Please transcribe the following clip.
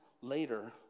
later